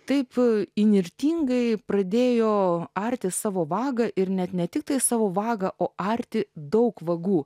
taip įnirtingai pradėjo arti savo vagą ir net ne tiktai savo vagą o arti daug vagų